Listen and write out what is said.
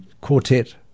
quartet